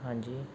ਹਾਂਜੀ